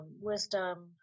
wisdom